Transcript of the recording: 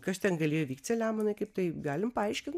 kas ten galėjo vykti selemonai kaip tai galim paaiškint